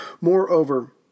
Moreover